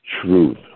truth